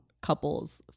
couples